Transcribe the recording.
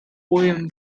poem